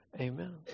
Amen